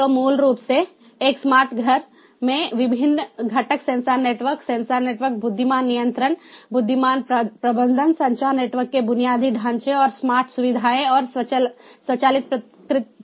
तो मूल रूप से एक स्मार्ट घर में विभिन्न घटक सेंसर नेटवर्क सेंसर नेटवर्क बुद्धिमान नियंत्रण बुद्धिमान प्रबंधन संचार नेटवर्क के बुनियादी ढांचे और स्मार्ट सुविधाएँ और स्वचालित प्रतिक्रियाएं हैं